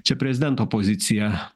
čia prezidento pozicija